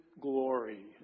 glory